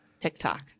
TikTok